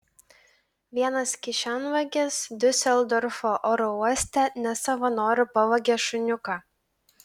vienas kišenvagis diuseldorfo oro uoste ne savo noru pavogė šuniuką